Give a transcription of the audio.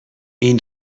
این